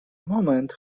moment